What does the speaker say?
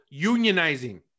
unionizing